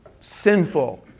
Sinful